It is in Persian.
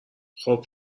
خوب